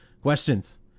questions